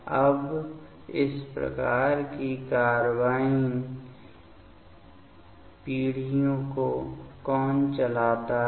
अब इस प्रकार की कार्बाइन पीढ़ियों को कौन चलाता है